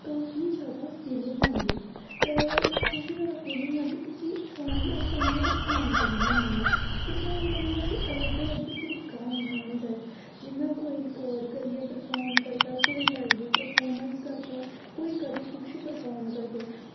फ्ही जैदा फिलिंग औंदी होर काफी जैदा फिलिंग औंदी उसी सांग गी अस ताइयें परफार्म करने होन्ने आं परफार्म करने दे अलग अलग तरीका होंदा ऐ जि'यां कोई रिकार्ड करियै परफार्म करदा ऐ कोई लाइव परफार्म करदा ऐ कोई कदें किश परफार्म करदा ऐ